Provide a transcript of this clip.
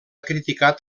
criticat